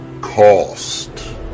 cost